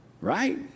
Right